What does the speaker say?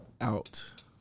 out